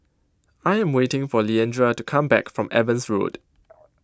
I am waiting for Leandra to come back from Evans Road